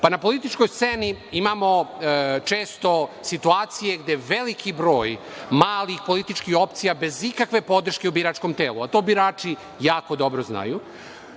Pa, na političkoj sceni imamo često situacije gde se veliki broj malih političkih opcija, bez ikakve podrške u biračkom telu, a to birači jako dobro znaju,